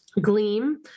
Gleam